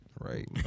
Right